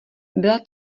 byla